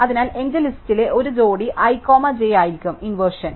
അതിനാൽ എന്റെ ലിസ്റ്റിലെ ഒരു ജോഡി i കോമ j ആയിരിക്കും ഇൻവെർഷൻ